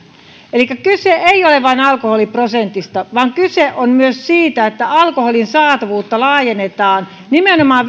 elikkä kyse ei ole vain alkoholiprosentista vaan kyse on myös siitä että alkoholin saatavuutta laajennetaan nimenomaan